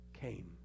came